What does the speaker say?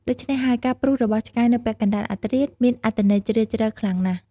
ដូច្នេះហើយ ការព្រុសរបស់ឆ្កែនៅពាក់កណ្តាលអធ្រាត្រមានអត្ថន័យជ្រាលជ្រៅខ្លាំងណាស់។